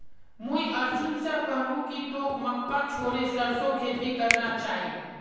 मुई अर्जुन स कहनु कि तोक मक्का छोड़े सरसोर खेती करना चाइ